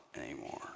anymore